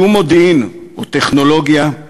שום מודיעין או טכנולוגיה,